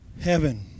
heaven